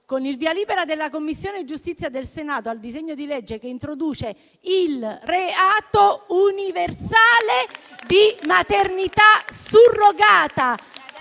«Con il via libera della Commissione giustizia del Senato al disegno di legge che introduce il reato universale di maternità surrogata,